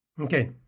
Okay